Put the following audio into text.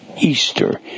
Easter